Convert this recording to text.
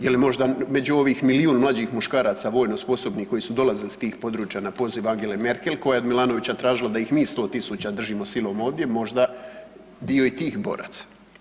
Je li možda među ovih milijun mlađih muškaraca vojno sposobnih koji su dolazili s tih područja na poziv Angele Merkel koja je od Milanovića tražila da ih mi 100 tisuća držimo silom ovdje, možda dio i tih boraca.